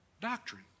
doctrine